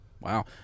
wow